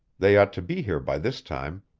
they ought to be here by this time.